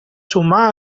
sumar